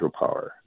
hydropower